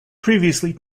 previously